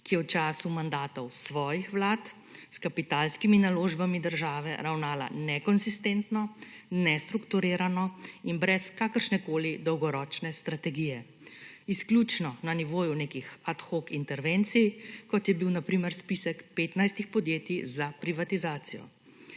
ki je v času mandatov svojih vlad s kapitalskimi naložbami države ravnala nekonsistentno, nestrukturirano in brez kakršnekoli dolgoročne strategije izključno na nivoju nekih ad hoc intervencij, kot je bil na primer spisek 15 podjetij za privatizacijo.